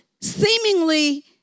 seemingly